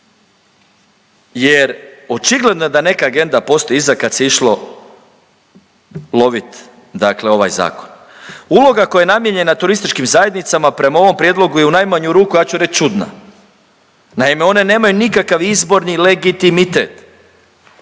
jer očigledno da neka agenda postoji kad se išlo lovit dakle ovaj zakon. Uloga koja je namijenjena turističkim zajednicama prema ovom prijedlogu je u najmanju ruku, ja ću reć čudna. Naime one nemaju nikakav izborni legitimitet.